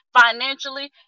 financially